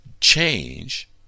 change